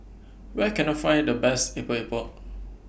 Where Can I Find The Best Epok Epok